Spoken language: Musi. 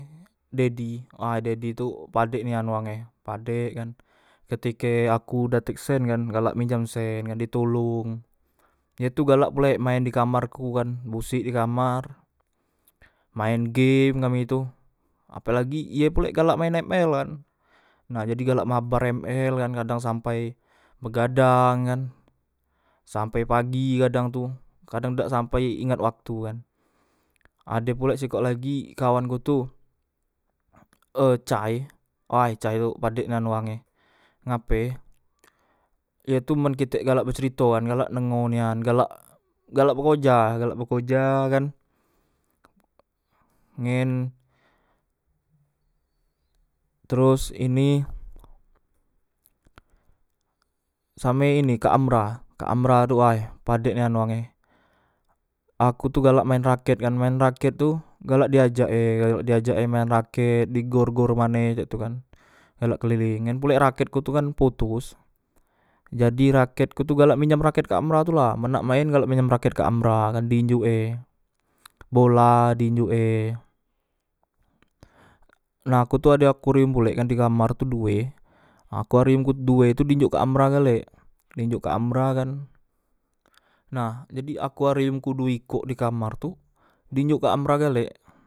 Dedi ay dedi tu padek nian wang e padek kan ketike aku dak tek sen kan galak minjam sen kan ditolong ye tu galak pulek maen dikamarku kan bosek dikamar maen game kami tu apelagi ye galak pulek main ml kan nah jadi galak mabar ml kadang sampai begadang kan sampai pagi kadang tu kadang dak sampai ingat waktu kan ade pulek sikok lagi kawanku tu ecay way cay tu padek nian wange ngape ye tu men kitek galak becerito kan galak deng o nian galak galak bekoja galak bekoja kan ngen teros ini same ini kak amra kak amra tu way padek nian wange aku tu galak maen raket kan maen raket tu galak diajak e galak diajak e maen raket di gor gor mane cak tu kan galak keleleng ngen pulek raketku tu kan potos jadi raket ku tu galak minjam raket kak amra tula men nak maen galak minjam raket kak amra kan di njuk e bola di njuk e nah kutu ade akuarium pulek kan di kamar tu due akuarium ku due tu di njuk kak amra galek dinjuk kak amra kan nah jadi akuariumku du wi kok dikamar tu dinjok kak amra galek